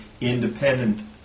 independent